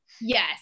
yes